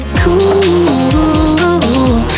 cool